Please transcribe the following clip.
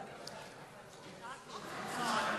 אנחנו נענים